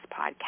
podcast